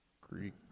Greek